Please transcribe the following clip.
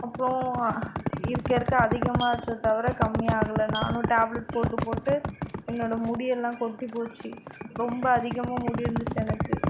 அப்றம் இருக்கருக்க அதிகமாச்சு தவிர கம்மியாகலை நானும் டேப்லட் போட்டு போட்டு என்னோட முடியெல்லாம் கொட்டிப்போச்சு ரொம்ப அதிகமாக முடியிருந்துச்சு எனக்கு